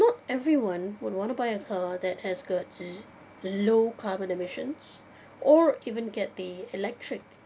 not everyone would want to buy a car that has a z~ low carbon emissions or even get the electric